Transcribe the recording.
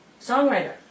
Songwriter